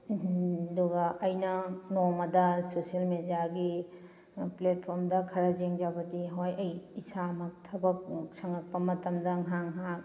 ꯎꯍꯨꯝ ꯑꯗꯨꯒ ꯑꯩꯅ ꯅꯣꯡꯃꯗ ꯁꯣꯁꯦꯜ ꯃꯦꯗꯤꯌꯒꯤ ꯄ꯭ꯂꯦꯠꯐꯣꯝꯗ ꯈꯔ ꯌꯦꯡꯖꯕꯗꯤ ꯍꯣꯏ ꯑꯩ ꯏꯁꯥꯃꯛ ꯊꯕꯛ ꯁꯪꯉꯛꯄ ꯃꯇꯝꯗ ꯉꯍꯥꯛ ꯉꯍꯥꯛ